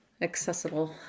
Accessible